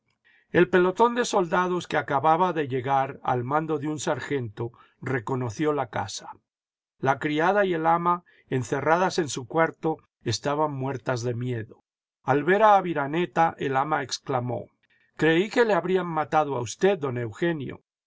el pelotón de soldados que acababa de llegar al mando de un sargento reconoció la casa la criada y el ama encerradas en su cuarto estaban muertas de miedo al ver a aviraneta el ama exclamó creí que le habrían matado a usted don eugenio